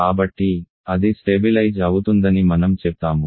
కాబట్టి అది స్టెబిలైజ్ అవుతుందని మనం చెప్తాము